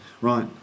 Right